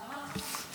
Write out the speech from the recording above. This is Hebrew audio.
למה?